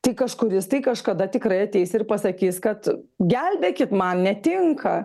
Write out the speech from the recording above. tai kažkuris tai kažkada tikrai ateis ir pasakys kad gelbėkit man netinka